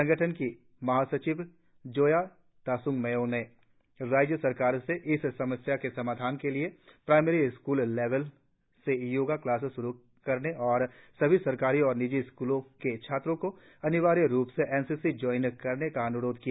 संगठन की महासचिव जोया तासंग मोयोंग ने राज्य सरकार से इस समस्या के समाधान के लिए प्राइमरी स्कूल लेवल से योगा क्लास लागू करने और सभी सरकारी और निजी स्कूलों के छात्रों को अनिवार्य रुप से एन सी सी ज्वाइन कराने का अन्रोध किया